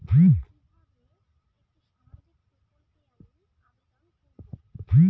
কিভাবে একটি সামাজিক প্রকল্পে আমি আবেদন করব?